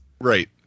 Right